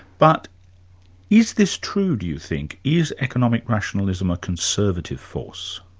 but is this true, do you think? is economic rationalism a conservative force?